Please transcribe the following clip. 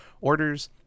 orders